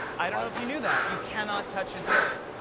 i don't know if you knew that. you cannot touch his hair.